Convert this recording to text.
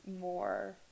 more